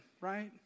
right